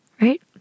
right